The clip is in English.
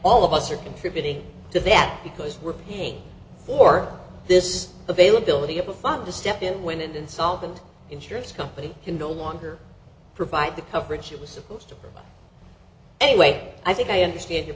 all of us are contributing to that because we're paying for this availability of a fund to step in when an insolvent insurance company can no longer provide the coverage it was supposed to anyway i think i understand your